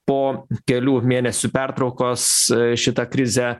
po kelių mėnesių pertraukos šita krizę